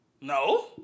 No